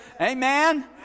Amen